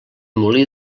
molí